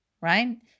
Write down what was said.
right